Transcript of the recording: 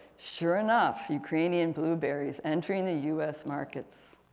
sure enough, ukrainian blueberries entering the u s markets.